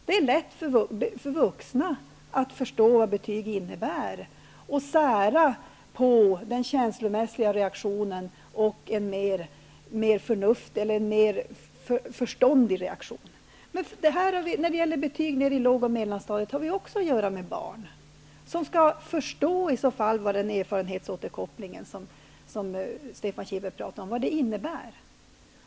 Det är lätt för vuxna att förstå vad betyg innebär och sära på den känslomässiga reaktionen och en mer förståndig reaktion. Och när det gäller betyg för låg och mellanstadiet har vi också att göra med barn. De måste i så fall förstå vad den erfarenhetsåterkoppling som Stefan Kihlberg talade om innebär.